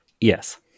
Yes